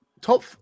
top